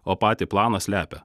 o patį planą slepia